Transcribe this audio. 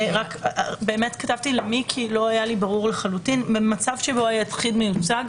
מצב שבו היחיד מיוצג,